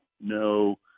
no –